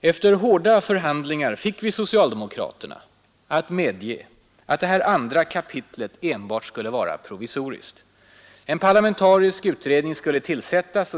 Efter hårda förhandlingar fick vi socialdemokraterna att medge att detta andra kapitel enbart skulle vara provisoriskt. En parlamentarisk utredning skulle tillsättas.